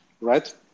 right